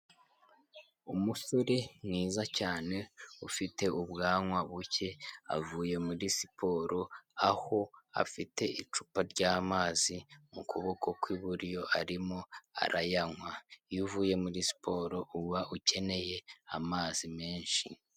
Umusore mwiza cyane ufite ubwanwa buke avuye muri siporo aho afite icupa ry'amazi mu kuboko kwiburyo arimo arayanywa, iyo uvuye muri siporo uba ukeneye amazi menshi.